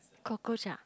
cockroach ah